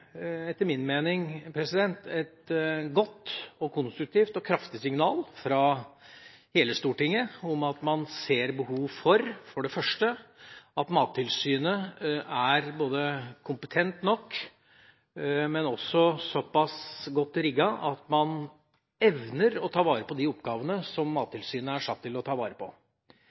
etter min mening et godt, konstruktivt og kraftig signal fra hele Stortinget om at man ser behov for at Mattilsynet er både kompetent nok og også såpass godt rigget at man evner å ta vare på de oppgavene som Mattilsynet er satt til å ta vare på,